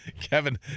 Kevin